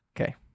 Okay